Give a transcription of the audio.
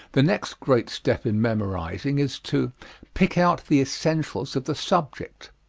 the next great step in memorizing is to pick out the essentials of the subject,